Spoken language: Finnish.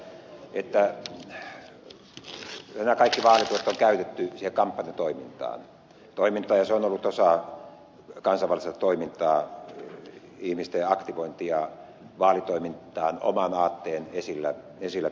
pentti oinonen nähdä se että nämä kaikki vaalituet on käytetty siihen kampanjatoimintaan ja se on ollut osa kansanvaltaista toimintaa ihmisten aktivointia vaalitoimintaan oman aatteen esillä pitämistä